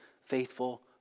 faithful